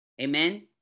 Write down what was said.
amen